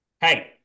hey